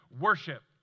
worship